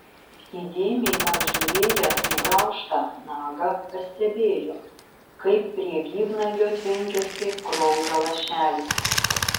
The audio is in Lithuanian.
įdėmiai apžiūrėjęs nugraužtą nagą pastebėjo kaip prie gyvnagio tvenkiasi kraujo lašelis